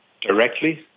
directly